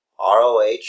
ROH